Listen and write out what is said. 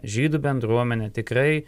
žydų bendruomenė tikrai